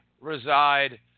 reside